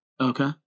okay